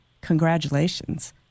congratulations